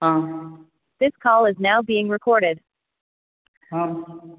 ஆ ஆ